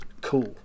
Cool